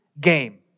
game